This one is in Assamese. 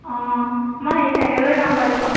অঁ মই চাইকেললৈয়ে যাম বাৰু এই ডখৰ